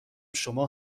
شما